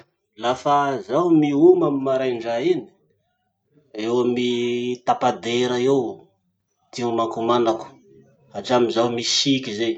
Lafa zaho mioma amy maraindray iny, eo amy tapa-dera eo ty omakomanako, hatramy zaho misiky zay.